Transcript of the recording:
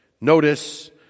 Notice